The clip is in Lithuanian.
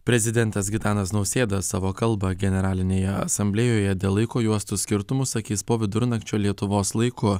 prezidentas gitanas nausėda savo kalbą generalinėje asamblėjoje dėl laiko juostų skirtumų sakys po vidurnakčio lietuvos laiku